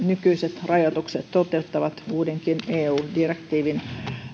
nykyiset rajoitukset toteuttavat uudenkin eu direktiivin